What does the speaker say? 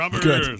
Good